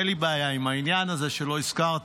אין לי בעיה עם העניין הזה, שלא הזכרת